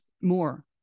more